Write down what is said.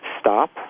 Stop